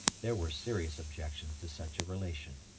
there were serious objections to such a relation.